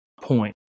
point